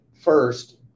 first